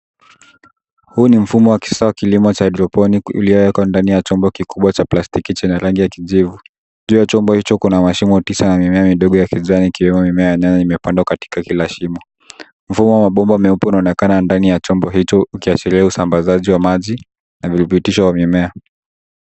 Huu ni mfumo wa kisasa wa kilimo cha hydroponic iliyowekwa ndani ya chombo kikubwa cha plastiki chenye rangi ya kijivu. Juu ya chombo hicho kuna mashimo tisa na mimea midogo ya kijani ikiwemo mimea ya nyanya imepandwa katika kila shimo. Mfumo wa mabomba meupe unaonekana ndani ya chombo hicho ukiashiria usambazaji wa maji na virutubisho wa mimea.